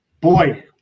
boy